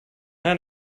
nein